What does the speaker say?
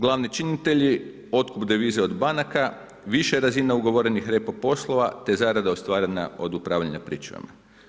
Glavni činitelji, otkup devize od banaka, viša razina ugovorenih repo poslova, te zarada ostvarena od upravljanja pričuvama.